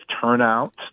turnout